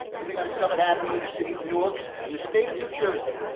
living on summit avenue, in the city of newark, in the state of new jersey?